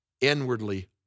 inwardly